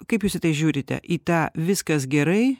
kaip jūs į tai žiūrite į tą viskas gerai